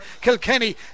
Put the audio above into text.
Kilkenny